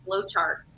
flowchart